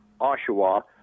Oshawa